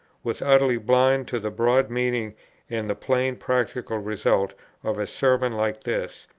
was utterly blind to the broad meaning and the plain practical result of a sermon like this,